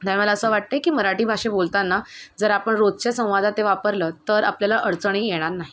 त्यामुळे मला असं वाटते की मराठी भाषे बोलताना जर आपण रोजच्या संवाद ते वापरलं तर आपल्याला अडचणीही येणार नाहीत